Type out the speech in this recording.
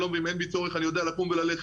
שלום ואם אין בי צורך אני יודע לקום וללכת,